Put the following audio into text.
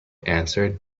answered